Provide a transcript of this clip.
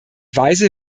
weise